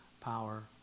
power